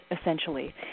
essentially